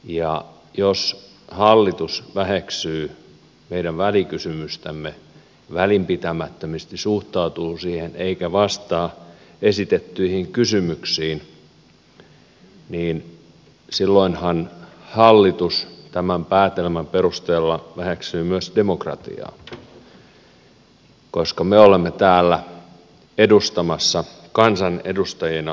ja jos hallitus väheksyy meidän välikysymystämme välinpitämättömästi suhtautuu siihen eikä vastaa esitettyihin kysymyksiin niin silloinhan hallitus tämän päätelmän perusteella väheksyy myös demokratiaa koska me olemme täällä edustamassa kansanedustajina kansaa